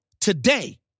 today